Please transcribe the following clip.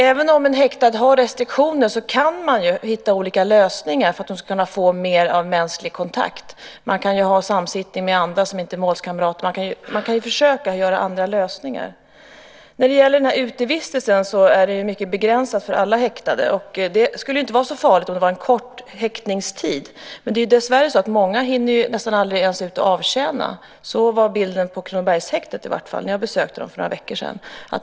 Även om en häktad har restriktioner kan man ju hitta olika lösningar för att de ska kunna få mer av mänsklig kontakt. Man kan ju ha samsittning med andra, som inte är målskamrater. Man kan försöka ha andra lösningar. När det gäller den här utevistelsen är det mycket begränsat för alla häktade. Det skulle inte vara så farligt om det var en kort häktningstid. Men dessvärre är det ju så att många nästan inte ens hinner ut och avtjäna. Så var i alla fall bilden på Kronobergshäktet när jag besökte dem för några veckor sedan.